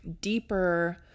deeper